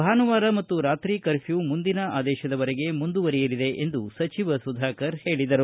ಭಾನುವಾರ ಮತ್ತು ರಾತ್ರಿ ಕರ್ಪೂ ಮುಂದಿನ ಆದೇಶದವರೆಗೆ ಮುಂದುವರಿಯಲಿದೆ ಎಂದು ಸಚಿವ ಸುಧಾಕರ ಹೇಳಿದರು